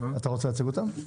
אתה רוצה להציג אותן?